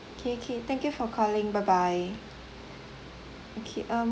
K K thank you for calling bye bye okay um